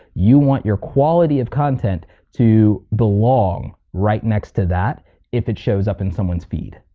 you want your quality of content to belong right next to that if it shows up in someone's feed.